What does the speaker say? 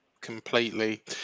completely